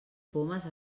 pomes